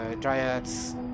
dryads